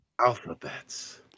Alphabets